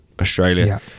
Australia